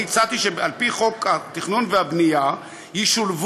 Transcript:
אני הצעתי שעל פי חוק התכנון והבנייה ישולבו